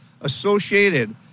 associated